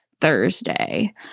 Thursday